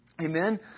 Amen